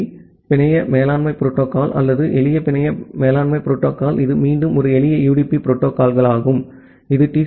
B பிணைய மேலாண்மை protocol அல்லது எளிய பிணைய மேலாண்மை புரோட்டோகால் இது மீண்டும் ஒரு எளிய யுடிபி புரோட்டோகால்யாகும் இது டி